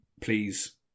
Please